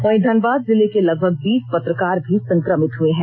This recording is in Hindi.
वहीं धनबाद जिले के लगभग बीस पत्रकार भी संक्रमित हुए हैं